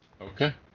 Okay